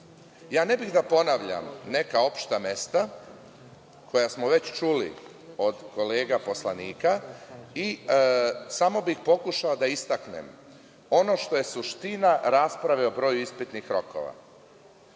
bih da ponavljam neka opšta mesta koja smo već čuli od kolega poslanika, samo bih pokušao da istaknem ono što je suština rasprave o broju ispitnih rokova.